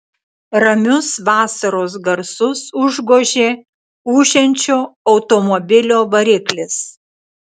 ramius vasaros garsus užgožė ūžiančio automobilio variklis